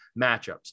matchups